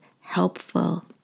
helpful